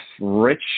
Rich